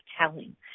telling